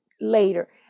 later